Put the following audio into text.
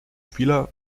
spieler